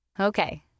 Okay